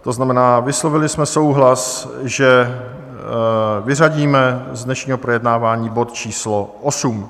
To znamená, vyslovili jsme souhlas, že vyřadíme z dnešního projednávání bod číslo 8.